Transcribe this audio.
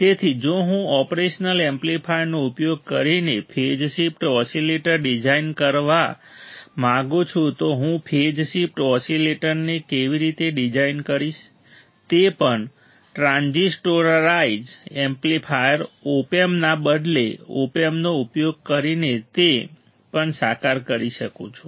તેથી જો હું ઓપરેશનલ એમ્પ્લીફાયરનો ઉપયોગ કરીને ફેઝ શિફ્ટ ઓસીલેટર ડિઝાઇન કરવા માંગુ છું તો હું ફેઝ શિફ્ટ ઓસીલેટરને કેવી રીતે ડિઝાઇન કરીશ તે પણ ટ્રાન્ઝિસ્ટોરાઇઝ્ડ એમ્પ્લીફાયર ઓપ એમ્પ ના બદલે ઓપ એમ્પનો ઉપયોગ કરીને તે પણ સાકાર કરી શકું છું